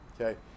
okay